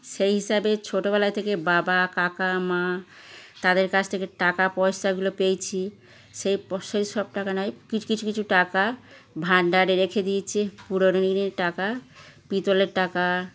সেই হিসাবে ছোটবেলায় থেকে বাবা কাকা মা তাদের কাছ থেকে টাকা পয়সাগুলো পেয়েছি সেই সেই সব টাকা নয় কিছু কিছু কিছু টাকা ভান্ডারে রেখে দিয়েছি পুরনো দিনের টাকা পিতলের টাকা